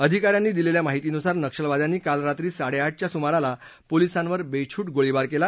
अधिकाऱ्यांनी दिलेल्या माहितीनुसार नक्षलवाद्यांनी काल रात्री साडेआठच्या सुमारास पोलिसांवर बेछुट गोळीबार केला